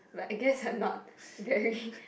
but I guess they're not very